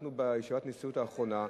בישיבת הנשיאות האחרונה,